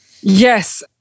Yes